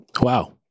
Wow